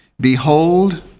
Behold